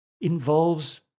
involves